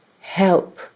help